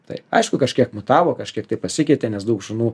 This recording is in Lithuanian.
tai aišku kažkiek mutavo kažkiek tai pasikeitė nes daug šunų